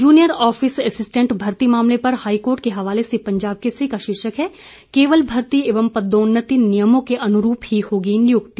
junior office assistant भर्ती मामले पर हाईकोर्ट के हवाले से पंजाब केसरी का शीर्षक है केवल भर्ती एवं पदोन्नति नियमों के अनुरूप ही होगी नियुक्ति